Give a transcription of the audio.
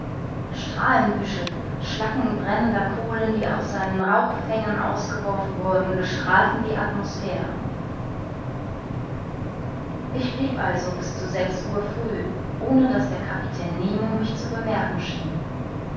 strahlenbüschel schlacken brennender kohlen die aus seinen rauchfängen ausgeworfen wurden bestrahlten die atmosphäre ich blieb also bis zu sechs uhr früh ohne daß der kapitän nemo mich zu bemerken schien